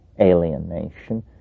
alienation